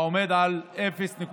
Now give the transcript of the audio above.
העומד על 0.5%,